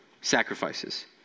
sacrifices